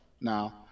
now